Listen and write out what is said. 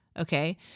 Okay